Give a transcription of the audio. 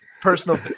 personal